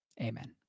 Amen